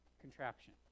contraption